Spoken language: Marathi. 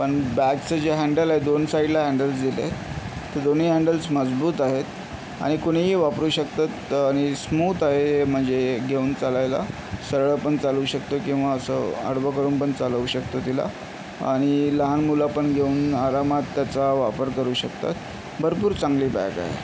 पण बॅगचं जे हॅण्डल आहे दोन साइडला हॅण्डल्स दिलेत ते दोन्ही हॅण्डल्स मजबूत आहेत आणि कुणीही वापरू शकतात आणि स्मूथ आहे म्हणजे घेऊन चालायला सरळ पण चालू शकतो किंवा असं आडवं करून पण चालवू शकतो तिला आणि लहान मुलं पण घेऊन आरामात त्याचा वापर करू शकतात भरपूर चांगली बॅग आहे